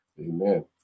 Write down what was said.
Amen